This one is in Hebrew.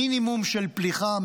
מינימום של פליחה,